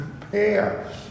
compare